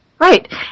Right